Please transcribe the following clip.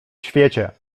świecie